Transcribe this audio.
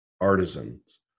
artisans